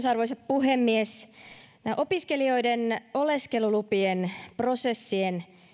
arvoisa puhemies opiskelijoiden oleskelulupien prosessien